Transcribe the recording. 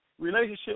relationship